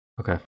Okay